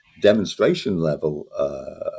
demonstration-level